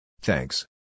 Thanks